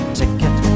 ticket